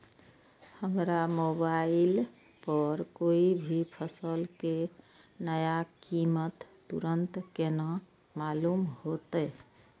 हमरा मोबाइल पर कोई भी फसल के नया कीमत तुरंत केना मालूम होते?